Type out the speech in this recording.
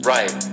Right